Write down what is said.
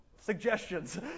Suggestions